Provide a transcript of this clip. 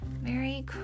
merry